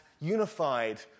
unified